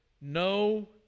No